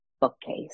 bookcase